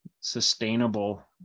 sustainable